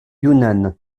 yunnan